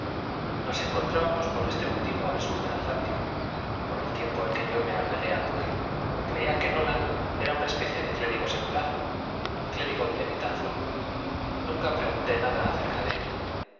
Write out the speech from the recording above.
nos encontrábamos por este motivo al sur del atlántico por el tiempo en que yo me agregué al buque creía que nolan era una especie de clérigo secular un clérigo de levita azul nunca pregunté nada acerca de él